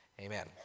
amen